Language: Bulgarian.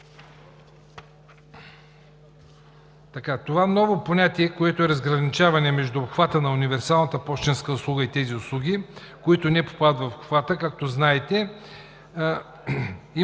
това ново понятие, което е разграничаване между обхвата на универсалната пощенска услуга и тези услуги, които не попадат в обхвата, както знаете, имат